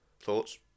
Thoughts